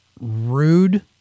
rude